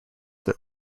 that